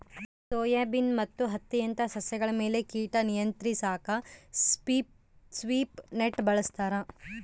soybean ಮತ್ತು ಹತ್ತಿಯಂತ ಸಸ್ಯಗಳ ಮೇಲೆ ಕೀಟ ನಿಯಂತ್ರಿಸಾಕ ಸ್ವೀಪ್ ನೆಟ್ ಬಳಸ್ತಾರ